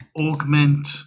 augment